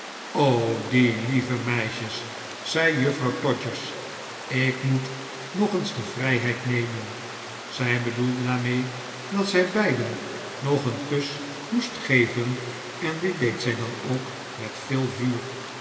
die lieve meisjes zei juffrouw todgers ik moet nog eens de vrijheid nemen zij bedoelde daarmee dat zij beiden nog een kus moest geven en dit deed zij dan ook met veel vuur